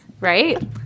Right